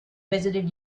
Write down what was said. visited